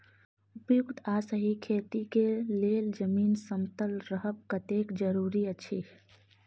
उपयुक्त आ सही खेती के लेल जमीन समतल रहब कतेक जरूरी अछि?